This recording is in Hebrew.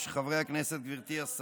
לחבר הכנסת פינדרוס.